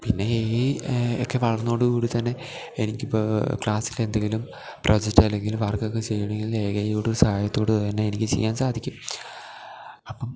പിന്നെ എഐ എക്കെ വളര്ന്നതോട് കൂടിത്തന്നെ എനിക്കിപ്പോ ക്ലാസില് എന്തെങ്കിലും പ്രൊജക്റ്റോ അല്ലെങ്കില് വര്ക്കക്കെ ചെയ്യണെങ്കില് എഐയോട് ഒരു സഹായത്തോട് തന്നെ എനിക്ക് ചെയ്യാന് സാധിക്കും അപ്പം